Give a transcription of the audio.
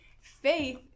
faith